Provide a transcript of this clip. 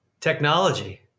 technology